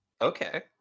Okay